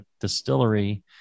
distillery